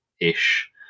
ish